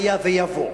היה ויבוא,